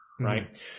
right